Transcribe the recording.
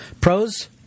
pros